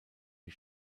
die